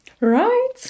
right